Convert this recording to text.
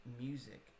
music